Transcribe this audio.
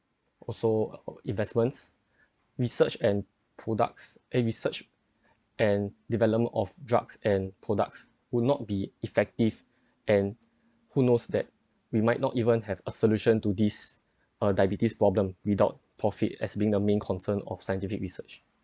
also investments research and products a research and development of drugs and products will not be effective and who knows that we might not even have a solution to this uh diabetes problem without profit as being the main concern of scientific research